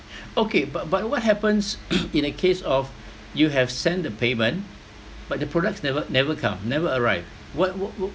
okay but but what happens in a case of you have sent the payment but the products never never come never arrive what what what